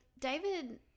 David